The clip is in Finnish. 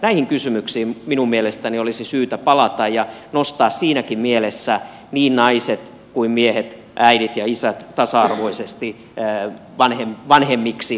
näihin kysymyksiin minun mielestäni olisi syytä palata ja nostaa siinäkin mielessä niin naiset kuin miehet äidit ja isät tasa arvoisesti vanhemmiksi lastaan kasvattamaan